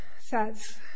says